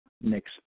Next